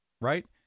right